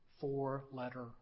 four-letter